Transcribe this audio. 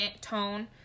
Tone